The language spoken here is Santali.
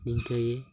ᱱᱤᱝᱠᱟᱹᱜᱮ